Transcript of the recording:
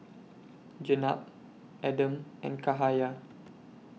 Jenab Adam and Cahaya